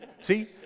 See